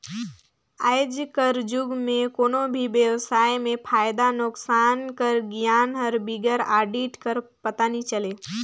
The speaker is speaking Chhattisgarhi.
आएज कर जुग में कोनो भी बेवसाय में फयदा नोसकान कर गियान हर बिगर आडिट कर पता नी चले